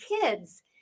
kids